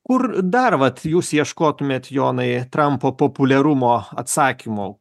kur dar vat jūs ieškotumėt jonai trampo populiarumo atsakymo